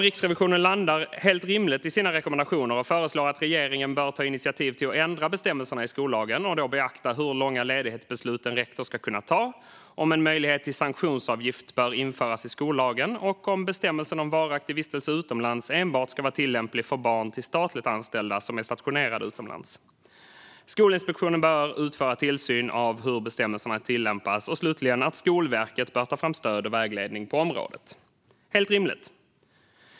Riksrevisionen landar helt rimligt i sina rekommendationer och föreslår att regeringen bör ta initiativ till att ändra bestämmelserna i skollagen och då beakta hur långa ledigheter en rektor ska kunna ta beslut om om en möjlighet till sanktionsavgift bör införas i skollagen om bestämmelsen om varaktig vistelse utomlands enbart ska vara tillämplig för barn till statligt anställda som är stationerade utomlands. Vidare rekommenderar Riksrevisionen att Skolinspektionen bör utföra tillsyn av hur bestämmelserna har tillämpats och att Skolverket bör ta fram stöd och vägledning på området. Detta är helt rimligt.